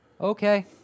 Okay